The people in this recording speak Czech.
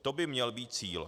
To by měl být cíl.